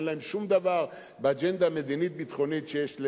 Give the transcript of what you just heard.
אין להם שום דבר באג'נדה מדינית-ביטחונית שיש,